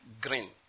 green